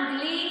אנגלית,